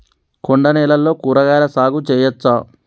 కొండ నేలల్లో కూరగాయల సాగు చేయచ్చా?